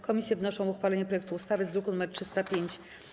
Komisje wnoszą o uchwalenie projektu ustawy z druku nr 305.